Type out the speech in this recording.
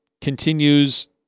continues